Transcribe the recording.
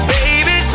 Baby